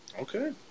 Okay